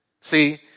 See